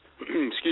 excuse